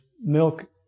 milk